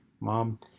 Mom